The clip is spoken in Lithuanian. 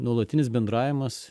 nuolatinis bendravimas